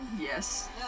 Yes